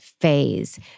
phase